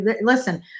listen